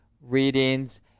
readings